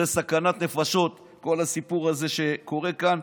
זו סכנת נפשות, כל הסיפור הזה שקורה כאן.